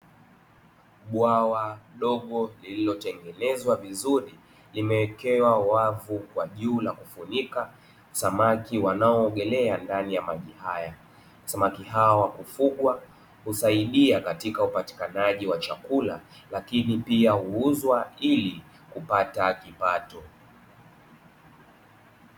Bwawa dogo lililo tengenezwa vizuri limewekewa wavu kwa juu na kufunika samaki wanaoogelea ndani ya maji haya, samaki hawa wa kufugwa husaidia katika upatikanaji wa chakula lakini pia huuzwa ili kupata kipato.